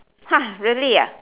ha really ah